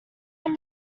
have